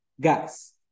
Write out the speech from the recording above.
gas